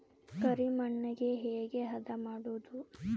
ಕರಿ ಮಣ್ಣಗೆ ಹೇಗೆ ಹದಾ ಮಾಡುದು?